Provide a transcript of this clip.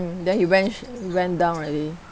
then it went sh~ went down already